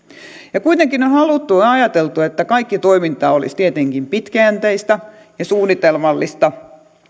ja kuitenkin on haluttu ja ajateltu että kaikki toiminta olisi tietenkin pitkäjänteistä ja suunnitelmallista